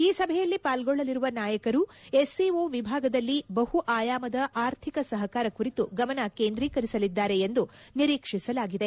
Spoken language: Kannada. ಈ ಸಭೆಯಲ್ಲಿ ಪಾಲ್ಗೊಳ್ಳಲಿರುವ ನಾಯಕರು ಎಸ್ ಸಿ ಒ ವಿಭಾಗದಲ್ಲಿ ಬಹು ಆಯಾಮದ ಆರ್ಥಿಕ ಸಹಕಾರ ಕುರಿತು ಗಮನ ಕೇಂದ್ರೀಕರಿಸಲಿದ್ದಾರೆ ಎಂದು ನಿರೀಕ್ಷಿಸಲಾಗಿದೆ